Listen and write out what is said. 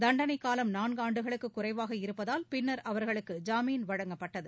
தண்டனைக்காலம் நான்காண்டுகளுக்கு குறைவாக இருப்பதால் பின்னர் அவர்களுக்கு ஜாமீன் வழங்கப்பட்டது